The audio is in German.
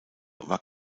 war